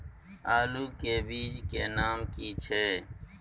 आलू के बीज के नाम की छै?